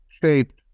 shaped